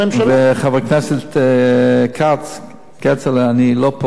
וחבר הכנסת כץ, כצל'ה, אני לא פורש,